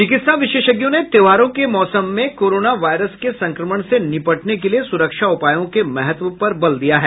चिकित्सा विशेषज्ञों ने त्योहारों के मौसम में कोरोना वायरस के संक्रमण से निपटने के लिए सुरक्षा उपायों के महत्व पर बल दिया है